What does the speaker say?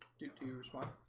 to to use one